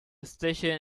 station